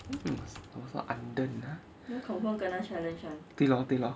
mm what is undern ah 对 lor 对 lor